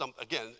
again